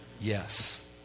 yes